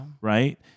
Right